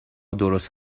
درست